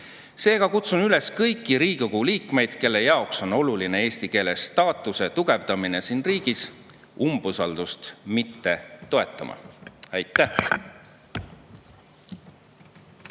Seega kutsun üles kõiki Riigikogu liikmeid, kelle jaoks on oluline eesti keele staatuse tugevdamine siin riigis, umbusaldusavaldust mitte toetama. Aitäh!